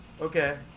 Okay